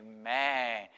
amen